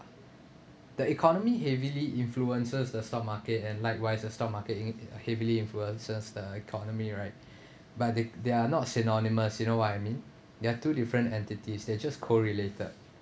the economy heavily influences the stock market and likewise the stock market in~ heavily influences the economy right but they they are not synonymous you know what I mean they are two different entities they just correlated